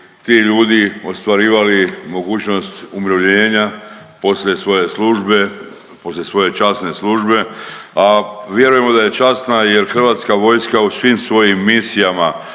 ti ljudi ostvarivali mogućnost umirovljenja poslije svoje službe, poslije svoje časne službe, a vjerujemo da je časna jer Hrvatska vojska u svim svojim misijama,